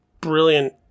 brilliant